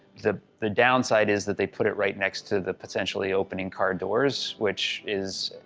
the the downside is that they put it right next to the potentially opening car doors, which is,